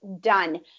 done